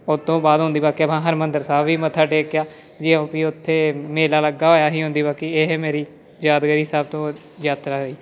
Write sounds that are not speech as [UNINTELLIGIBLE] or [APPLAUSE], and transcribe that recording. ਉਸ ਤੋਂ ਬਾਅਦ ਆਉਂਦੀ ਬਾਕੀ ਆਪਾਂ ਹਰਿਮੰਦਰ ਸਾਹਿਬ ਵੀ ਮੱਥਾ ਟੇਕਿਆ [UNINTELLIGIBLE] ਪੀ ਉੱਥੇ ਮੇਲਾ ਲੱਗਾ ਹੋਇਆ ਸੀ [UNINTELLIGIBLE] ਬਾਕੀ ਇਹ ਮੇਰੀ ਯਾਦਗਾਰੀ ਸਭ ਤੋਂ ਯਾਤਰਾ ਰਹੀ